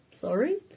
Sorry